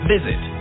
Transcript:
Visit